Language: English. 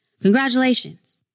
Congratulations